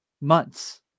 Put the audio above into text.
months